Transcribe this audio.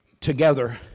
together